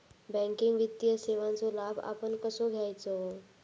Banking वित्तीय सेवाचो लाभ आपण कसो घेयाचो?